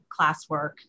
classwork